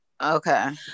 Okay